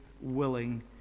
willing